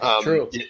True